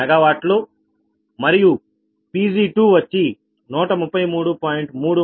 33 MW మరియు Pg2 133